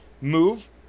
move